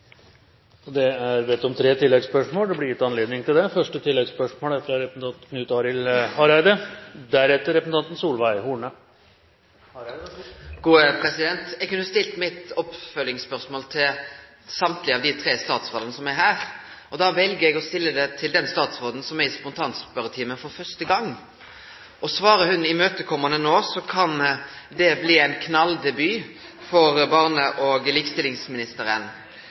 Det blir gitt anledning til tre oppfølgingsspørsmål – først Knut Arild Hareide. Eg kunne stilt mitt oppfølgingsspørsmål til alle dei tre statsrådane som er her. Eg vel å stille det til den statsråden som er i spontanspørjetimen for første gang. Svarar ho imøtekomande no, kan det bli ein knalldebut for barne- og likestillingsministeren.